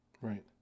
right